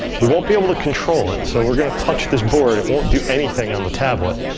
we won't be able to control it so we're going to touch this board it won't do anything on the tablet.